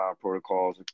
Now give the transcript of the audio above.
protocols